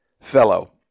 fellow